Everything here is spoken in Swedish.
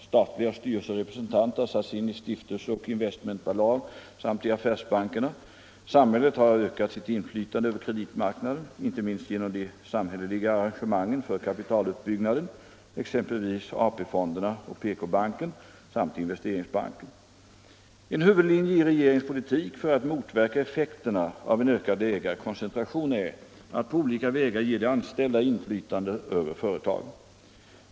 Statliga styrelserepresentanter har satts in i stiftelser och investmentbolag samt i affärsbankerna. Samhället har ökat sitt inflytande över kreditmarknaden, inte minst genom de samhälleliga arrangemangen för kapitalutbyggnaden, exempelvis AP fonderna och PK-banken samt investeringsbanken. En huvudlinje i regeringens politik för att motverka effekterna av en ökad ägarkoncentration är att på olika vägar ge de anställda inflytande över företagen.